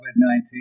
COVID-19